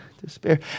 despair